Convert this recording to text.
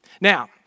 Now